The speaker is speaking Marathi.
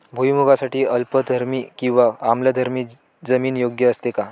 भुईमूगासाठी अल्कधर्मी किंवा आम्लधर्मी जमीन योग्य असते का?